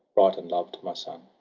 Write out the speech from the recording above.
bright and loved, my son!